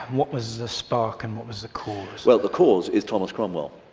what was the spark? and what was the cause? well the cause is thomas cromwell,